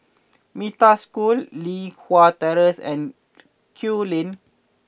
Metta School Li Hwan Terrace and Kew Lane